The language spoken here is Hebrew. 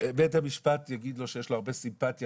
בית המשפט יגיד לו שיש לו הרבה סימפטיה